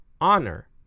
honor